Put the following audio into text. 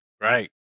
Right